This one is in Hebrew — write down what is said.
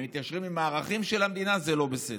אבל אם הם מתיישרים עם הערכים של המדינה זה לא בסדר.